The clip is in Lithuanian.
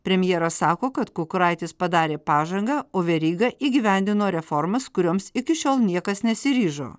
premjeras sako kad kukuraitis padarė pažangą o veryga įgyvendino reformas kurioms iki šiol niekas nesiryžo